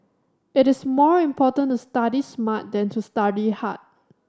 it is more important to study smart than to study hard